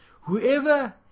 Whoever